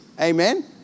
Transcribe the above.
Amen